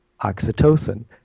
oxytocin